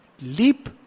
leap